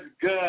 good